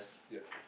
yup